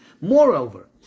Moreover